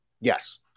Yes